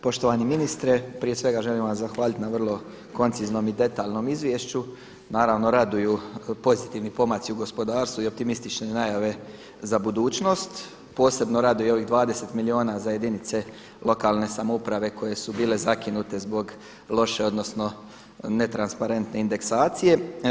Poštovani ministre, prije svega želim vam zahvaliti na vrlo konciznom i detaljnom izvješću, naravno raduju pozitivni pomaci u gospodarstvu i optimistične najave za budućnost, posebno raduju i ovih 20 milijuna za jedinice lokalne samouprave koje su bile zakinute zbog loše, odnosno netransparente indeksacije.